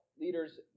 leaders